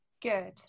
Good